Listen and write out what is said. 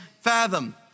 fathom